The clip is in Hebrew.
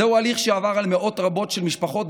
זהו הליך שעבר על מאות רבות של משפחות,